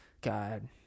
God